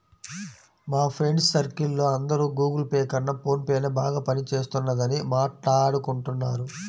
మా friends circle లో అందరూ గుగుల్ పే కన్నా ఫోన్ పేనే బాగా పని చేస్తున్నదని మాట్టాడుకుంటున్నారు